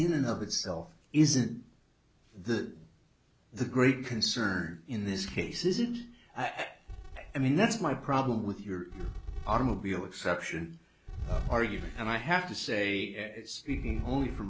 in and of itself isn't the the great concern in this case is it i mean that's my problem with your automobile exception argument and i have to say this only for